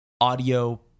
audio